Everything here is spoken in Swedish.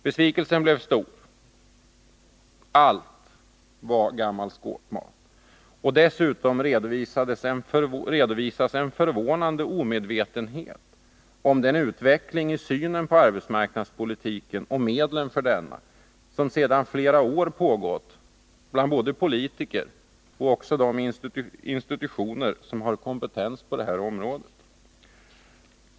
Besvikelsen blev stor — allt var gammal skåpmat. Där redovisas en förvånande omedvetenhet om den utveckling i synen på arbetsmarknadspolitiken och medlen för denna som sedan flera år pågått både bland politiker och vid de institutioner som har kompetens på detta område.